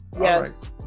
yes